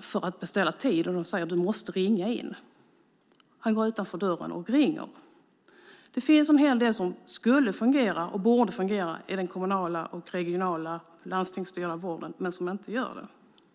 för att beställa tid, och de säger att han måste ringa in för att beställa tid. Då går han utanför dörren och ringer. Det finns en hel del som borde fungera i den kommunala och regionala landstingsstyrda vården men som inte gör det.